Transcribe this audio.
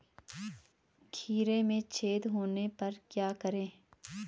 खीरे में छेद होने पर क्या करें?